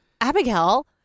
abigail